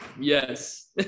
Yes